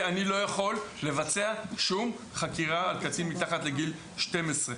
אני לא יכול לבצע שום חקירה על קטין מתחת לגיל 12,